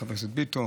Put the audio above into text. חבר הכנסת ביטון,